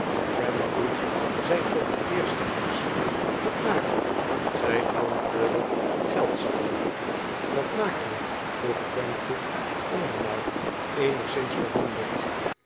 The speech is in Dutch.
trampfoot zei tot de eerste heks wat maak je zij antwoordde geldzakken wat maak je vroeg trampfoot andermaal cenigszins verwonderd